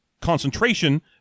Concentration